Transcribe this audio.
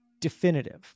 definitive